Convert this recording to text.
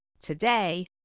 Today